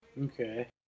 Okay